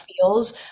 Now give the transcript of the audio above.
feels